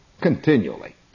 Continually